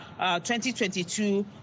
2022